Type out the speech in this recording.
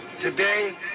Today